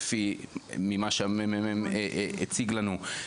ממה שהממ"מ הציג לנו,